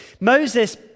Moses